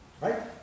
Right